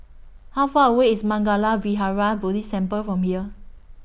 How Far away IS Mangala Vihara Buddhist Temple from here